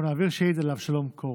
נעביר שאילתה לאבשלום קור.